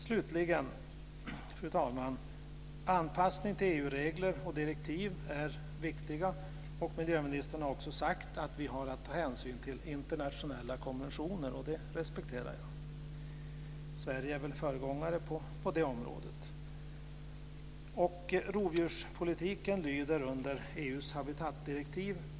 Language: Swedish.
Slutligen, fru talman, är anpassning till EU-regler och direktiv viktiga. Miljöministern har också sagt att vi har att ta hänsyn till internationella konventioner, och det respekterar jag. Sverige är väl föregångare på det området. Rovdjurspolitiken lyder under EU:s habitatdirektiv.